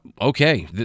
okay